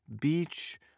beach